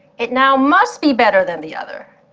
it now must be better than the other.